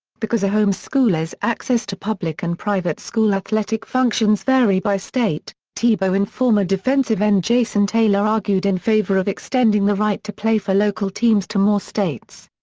because a home-schooler's access to public and private school athletic functions vary by state, tebow and former defensive end jason taylor argued in favor of extending the right to play for local teams to more states.